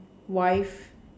wife